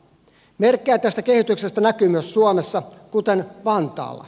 merkkejä tästä kehityksestä näkyy myös suomessa kuten vantaalla